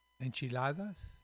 Enchiladas